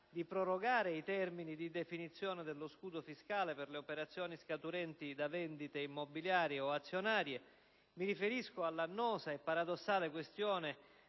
di prorogare i termini di definizione dello scudo fiscale per le operazioni scaturenti da vendite immobiliari o azionarie; mi riferisco all'annosa e paradossale questione